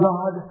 God